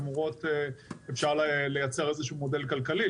ואפשר לייצר מודל כלכלי,